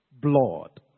Blood